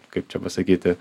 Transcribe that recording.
kaip čia pasakyti